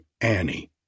Annie